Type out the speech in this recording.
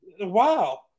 Wow